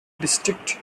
district